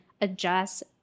adjust